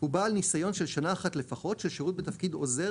בעל ניסיון של שנה אחת לפחות של שירות בתפקיד עוזר